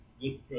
good